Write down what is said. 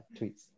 tweets